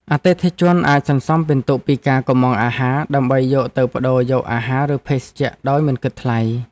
អតិថិជនអាចសន្សំពិន្ទុពីការកុម្ម៉ង់អាហារ ដើម្បីយកទៅប្តូរយកអាហារឬភេសជ្ជៈដោយមិនគិតថ្លៃ។